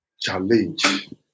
challenge